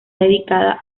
dedicada